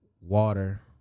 water